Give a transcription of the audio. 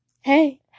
Hey